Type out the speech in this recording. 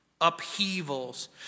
Upheavals